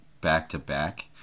back-to-back